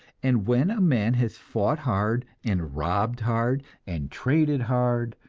and when a man has fought hard, and robbed hard, and traded hard,